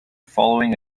following